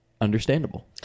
understandable